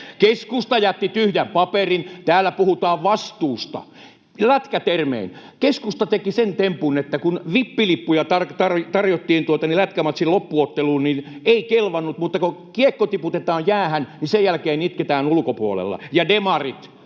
Keskusta jätti tyhjän paperin. Täällä puhutaan vastuusta lätkätermein. Keskusta teki sen tempun, että kun vippilippuja tarjottiin lätkämatsin loppuotteluun, niin ei kelvannut, mutta kun kiekko tiputetaan jäähän, niin sen jälkeen itketään ulkopuolella. Ja demarit